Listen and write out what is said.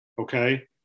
okay